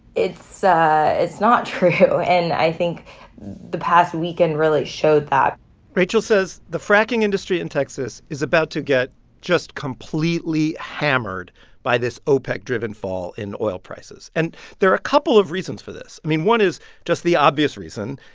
it's it's not true. and i think the past weekend really showed that rachel says the fracking industry in texas is about to get just completely hammered by this opec-driven fall in oil prices, and there are a couple of reasons for this. i mean, one is just the obvious reason.